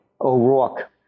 O'Rourke